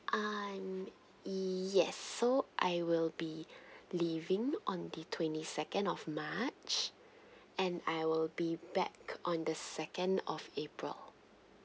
um yes so I will be leaving on the twenty second of march and I will be back on the second of april